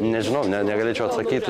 nežinau negalėčiau atsakyti